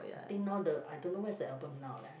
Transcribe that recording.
I think now the I don't know where's the album now leh